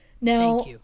now